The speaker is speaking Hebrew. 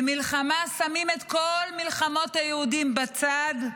במלחמה שמים את כל מלחמות היהודים בצד,